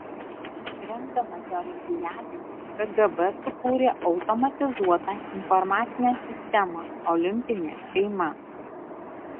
rengdamasi olimpiadai kgb sukūrė automatizuotą informacinę sistemą olimpinė šeima